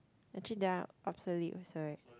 actually they are obsolete also